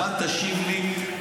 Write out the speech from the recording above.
גם אל תשיב לי,